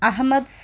Ahmed